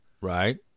Right